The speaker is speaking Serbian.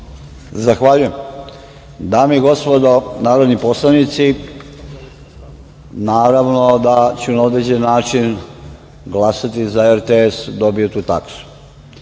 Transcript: Zahvaljujem. Dame i gospodo narodni poslanici, naravno da ću na određeni način glasati za RTS da dobije tu taksu.